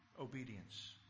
Obedience